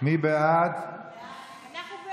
אחד לא